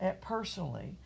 personally